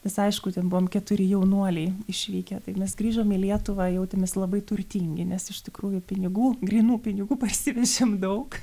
visai aišku ten buvom keturi jaunuoliai išvykę tai mes grįžom į lietuvą jautėmės labai turtingi nes iš tikrųjų pinigų grynų pinigų parsivežėm daug